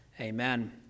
amen